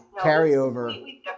carryover